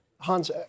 Hans